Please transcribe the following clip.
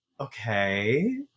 okay